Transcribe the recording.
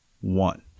one